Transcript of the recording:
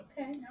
Okay